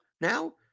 now